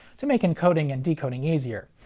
to make encoding and decoding easier,